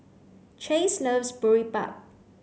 Chase loves Boribap